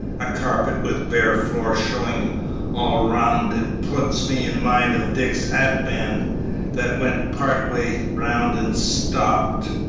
a carpet with bare floor showing all round it puts me in mind of dick's hat-band that went part way round and stopped.